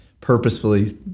purposefully